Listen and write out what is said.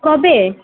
কবে